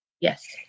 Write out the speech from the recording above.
Yes